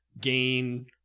gain